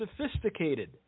sophisticated